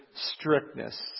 strictness